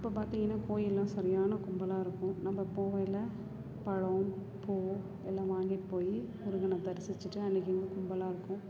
அப்போ பார்த்தீங்கன்னா கோயிலெல்லாம் சரியான கும்பலாக இருக்கும் நம்ம போகையில் பழம் பூ எல்லாம் வாங்கிட்டு போய் முருகனை தரிசிச்சுட்டு அன்னைக்கு வந்து கும்பலாக இருக்கும்